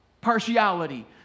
partiality